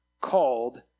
called